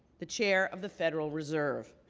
the chair of the federal reserve.